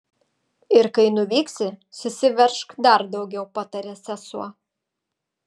ir kai nuvyksi susiveržk dar daugiau patarė sesuo